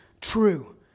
true